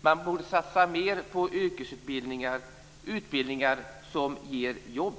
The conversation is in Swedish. Man borde satsa mer på yrkesutbildningar, dvs. utbildningar som ger jobb.